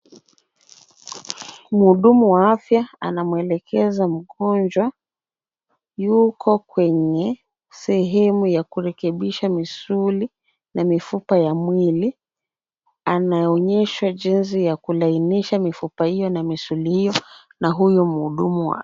Mhudumu wa afya anamuelekeza mgonjwa. Yuko kwenye sehemu ya kurekebisha misuli na mifupa ya mwili. Anaonyeshwa jinsi ya kulainisha mifupa hiyo na misuli hiyo na huyu mhudumu wa afya.